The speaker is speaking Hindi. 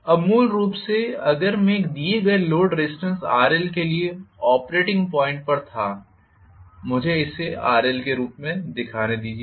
अब मूल रूप से अगर मैं एक दिए गए लोड रेजिस्टेंस RL के लिए ऑपरेटिंग पॉइंट पर था मुझे इसे RLके रूप में दिखाने दीजिए